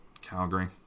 Calgary